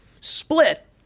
split